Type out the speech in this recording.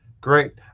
great